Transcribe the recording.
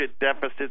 deficit's